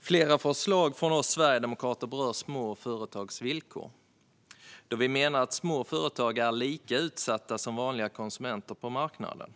Flera förslag från oss sverigedemokrater berör små företags villkor, då vi menar att små företagare är lika utsatta som vanliga konsumenter på marknaden.